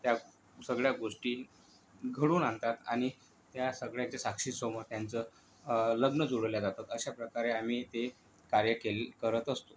त्या सगळ्या गोष्टी घडवून आणतात आणि त्या सगळ्यांच्या साक्षीसमोर त्यांचं लग्न जुळवल्या जातात अशा प्रकारे आम्ही ते कार्य केल करत असतो